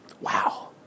Wow